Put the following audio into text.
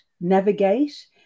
navigate